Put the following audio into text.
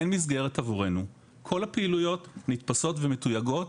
אין מסגרת עבורנו וכל הפעילויות נתפסות ומתויגות